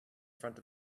front